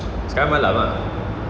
sekarang malam ah